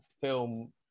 film